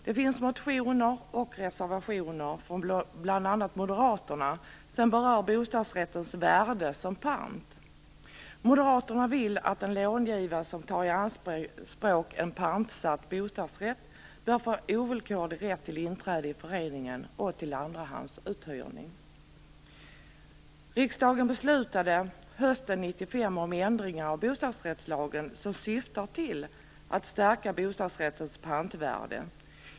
Det finns motioner och reservationer från bl.a. Moderaterna som berör bostadsrättens värde som pant. Moderaterna vill att en långivare som tar i anspråk en pantsatt bostadsrätt bör få ovillkorlig rätt till inträde i föreningen och till andrahandsuthyrning. Riksdagen beslutade hösten 1995 om ändringar av bostadsrättslagen som syftar till att stärka bostadsrättens pantvärde.